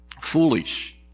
Foolish